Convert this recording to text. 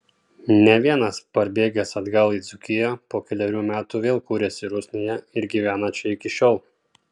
ne vienas parbėgęs atgal į dzūkiją po kelerių metų vėl kūrėsi rusnėje ir gyvena čia iki šiol